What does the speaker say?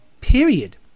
period